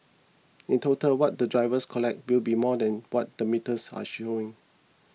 in total what the drivers collect will be more than what the metres are showing